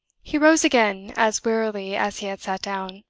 he rose again, as wearily as he had sat down,